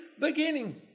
beginning